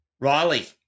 Riley